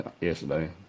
yesterday